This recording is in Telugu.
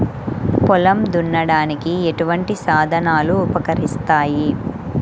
పొలం దున్నడానికి ఎటువంటి సాధనాలు ఉపకరిస్తాయి?